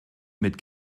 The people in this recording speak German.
mit